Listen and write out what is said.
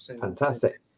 fantastic